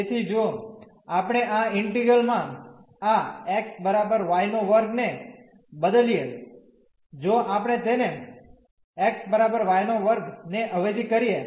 તેથી જો આપણે આ ઈન્ટિગ્રલ માં આ x y2 ને બદલીએ જો આપણે તેને x y2 ને અવેજી કરીએ